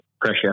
pressure